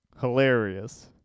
hilarious